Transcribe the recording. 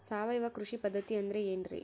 ಸಾವಯವ ಕೃಷಿ ಪದ್ಧತಿ ಅಂದ್ರೆ ಏನ್ರಿ?